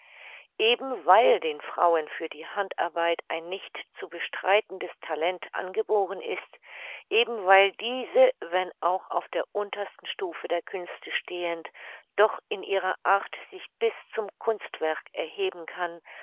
eben weil den frauen für die handarbeit ein nicht zu bestreitendes talent angeboren ist eben weil diese wenn auch auf der untersten stufe der künste stehend doch in ihrer art sich bis zum kunstwerk erheben kann